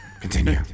Continue